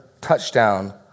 touchdown